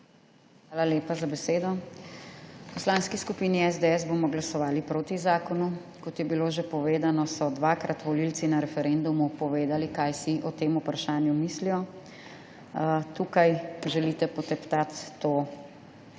Hvala lepa za besedo. V Poslanski skupini SDS bomo glasovali proti zakonu. Kot je bilo že povedano, so volivci dvakrat na referendumu povedali, kaj si o tem vprašanju mislijo. Tukaj želite poteptati to voljo